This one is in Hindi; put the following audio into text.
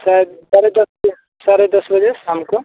शायद साढ़े दस पर साढ़े दस बजे शाम को